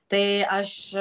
tai aš